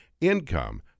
Income